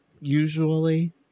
usually